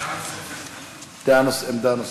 עמדה נוספת.